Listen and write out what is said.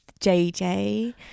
JJ